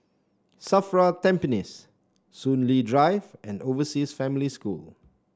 Safra Tampines Soon Lee Drive and Overseas Family School